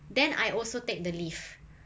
then I also take the leave